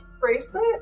bracelet